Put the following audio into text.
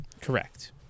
correct